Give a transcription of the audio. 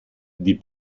die